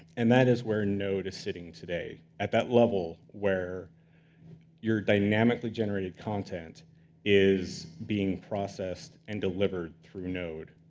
and that is where node is sitting today, at that level where your dynamically-generated content is being processed and delivered through node.